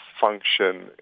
function